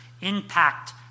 impact